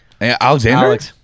Alexander